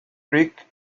creek